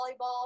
volleyball